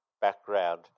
background